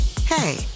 Hey